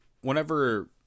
whenever